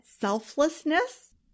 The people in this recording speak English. selflessness